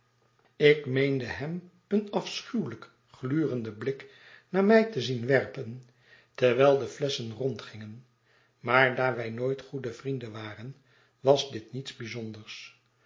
ik meende hem een afschuwelijk glurenden blik naar mij te zien werpen terwijl de flesschen rondgingen maar daar wij nooit goede vrienden waren was dit niets bijzonders